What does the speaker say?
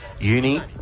Uni